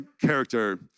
character